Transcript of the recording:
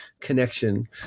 connection